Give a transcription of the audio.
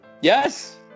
Yes